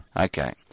Okay